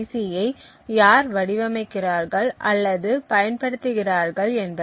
C I யார் வடிவமைக்கிறார்கள் அல்லது பயன்படுத்துகிறார்கள் என்பது